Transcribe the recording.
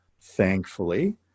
thankfully